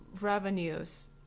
revenues